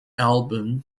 album